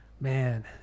Man